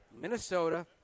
Minnesota